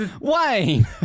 Wayne